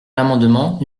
l’amendement